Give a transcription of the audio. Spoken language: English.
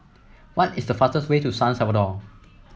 what is the fastest way to San Salvador